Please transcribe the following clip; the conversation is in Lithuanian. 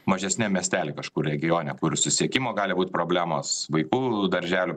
mažesniam miestely kažkur regione kur susisiekimo gali būt problemos vaikų darželių